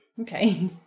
okay